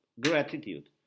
gratitude